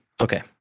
okay